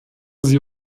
sie